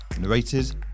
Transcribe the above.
Narrated